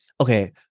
okay